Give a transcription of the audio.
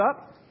up